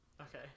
Okay